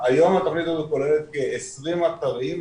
היום התוכנית הזאת כוללת כ-20 אתרים,